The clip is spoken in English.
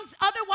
otherwise